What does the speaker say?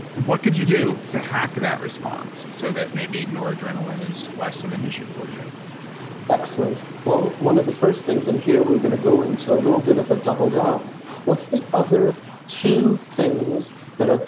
what could you do to hack that response so that maybe noradrenaline is less of an issue for you excellent. well, one of the first things and here we're going to go into a little bit of a double down what's the other two things that are.